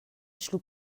schlug